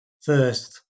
first